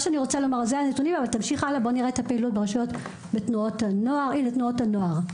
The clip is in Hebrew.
בואו נראה את הפעילות בתנועות הנוער.